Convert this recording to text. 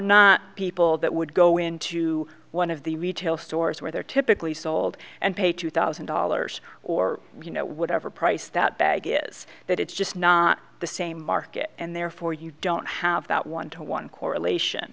not people that would go into one of the retail stores where they're typically sold and pay two thousand dollars or you know whatever price that bag is that it's just not the same market and therefore you don't have that one to one correlation